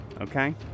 Okay